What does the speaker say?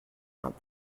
not